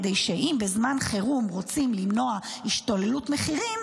כדי שאם בזמן חירום רוצים למנוע השתוללות מחירים,